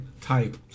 type